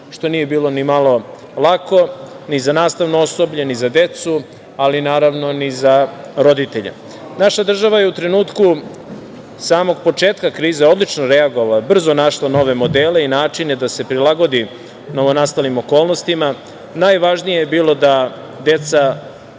što nije bilo nimalo lako, ni za nastavno osoblje, ni za decu, ali ni za roditelje. Naša država je u trenutku samog početka krize odlično reagovala, brzo našla nove modele i načine da se prilagodi novonastalim okolnostima. Najvažnije je bilo da deca